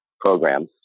programs